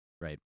Right